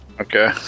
Okay